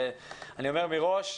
אני אומר מראש,